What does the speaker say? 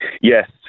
Yes